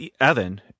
Evan